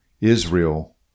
Israel